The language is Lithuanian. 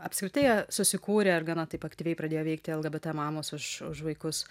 apskritai susikūrė ir gana taip aktyviai pradėjo veikti lgbt mamos už už vaikus